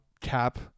Cap